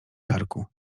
karku